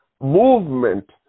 movement